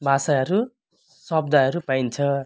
भाषाहरू शब्दहरू पाइन्छ